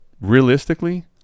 realistically